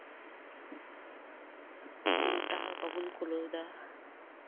ᱩᱱᱟᱹᱴᱟᱜ ᱦᱚᱸ ᱵᱟᱵᱚᱱ ᱠᱩᱞᱟᱹᱣ ᱫᱟ